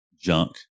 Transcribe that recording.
junk